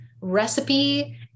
recipe